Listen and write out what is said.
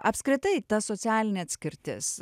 apskritai ta socialinė atskirtis